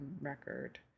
record